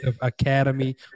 academy